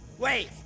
Wait